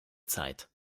zeit